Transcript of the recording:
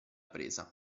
presa